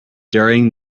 during